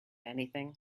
anything